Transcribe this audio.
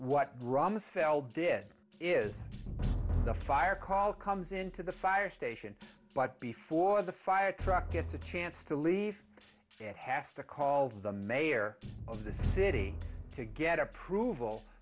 what rumsfeld did is the fire call comes into the fire station but before the fire truck gets a chance to leave it has to call the mayor of the city to get approval